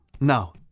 Now